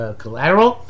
collateral